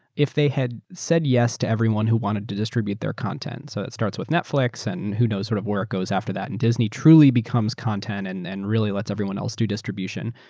if they had said yes to everyone who want to distribute their content, so it starts with netflix and and who knows sort of where it goes after that, and disney truly becomes content and and really lets everyone else do distribution,